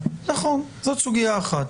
זאת סוגיה אחת.